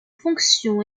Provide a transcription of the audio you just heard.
fonction